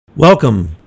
welcome